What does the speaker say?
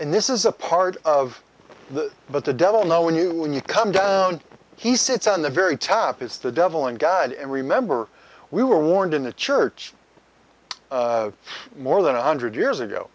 in this is a part of the but the devil know when you when you come down he sits on the very top is the devil and god and remember we were warned in the church more than a hundred years ago